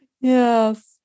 Yes